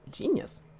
genius